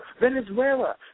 Venezuela